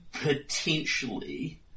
Potentially